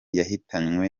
yahitanywe